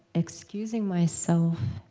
excusing myself,